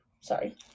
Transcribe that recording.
sorry